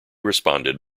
responded